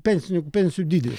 pensininkų pensijų dydis